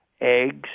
eggs